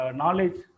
knowledge